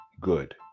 good